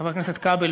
חבר הכנסת כבל,